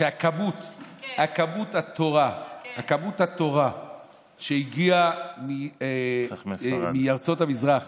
שכמות התורה והחוכמה שהגיעה מארצות המזרח